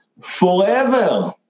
forever